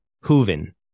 Hooven